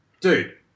Dude